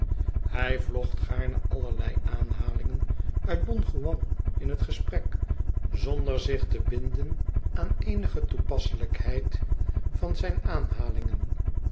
hij vlocht gaarne allerlei aanhalingen uit don juan in het gesprek zonder zich te binden aan eenige toepasselijkheid van zijn aanhalingen